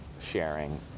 sharing